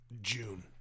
June